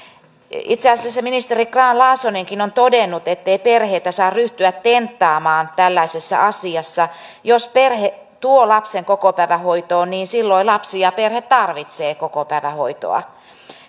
itse asiassa ministeri grahn laasonenkin on todennut ettei perheitä saa ryhtyä tenttaamaan tällaisessa asiassa jos perhe tuo lapsen kokopäivähoitoon niin silloin lapsi ja perhe tarvitsevat kokopäivähoitoa